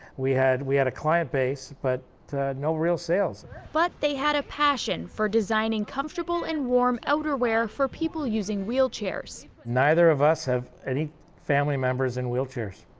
we had we had a client base, but no real sales. simmons but they had a passion for designing comfortable and warm outerwear for people using wheelchairs. neither of us have any family members in wheelchairs.